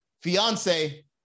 fiance